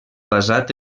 basat